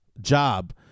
job